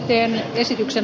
teen esityksen